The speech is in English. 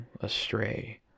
astray